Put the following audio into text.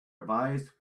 revised